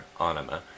Anima